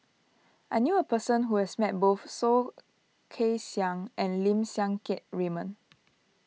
I knew a person who has met both Soh Kay Siang and Lim Siang Keat Raymond